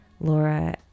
Laura